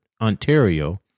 Ontario